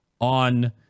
on